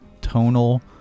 tonal